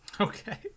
Okay